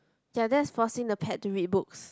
ya that's forcing the pet to read books